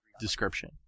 description